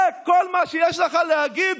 זה כל מה שיש לך להגיד?